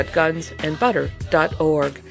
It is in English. gunsandbutter.org